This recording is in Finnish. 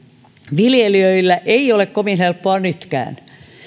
viljelijöillä ei ole kovin helppoa nytkään